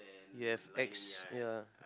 you have ex ya